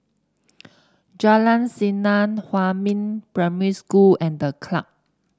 Jalan Senang Huamin Primary School and The Club